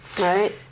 right